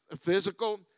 physical